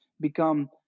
become